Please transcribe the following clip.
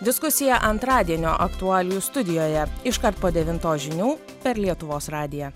diskusija antradienio aktualijų studijoje iškart po devintos žinių per lietuvos radiją